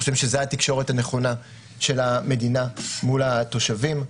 אנחנו חושבים שזאת התקשורת הנכונה של המדינה מול התושבים.